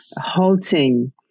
halting